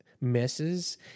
misses